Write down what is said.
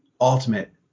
ultimate